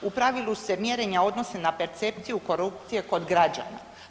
U pravilu se mjerenja odnose na percepciju korupcije kod građana.